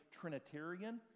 Trinitarian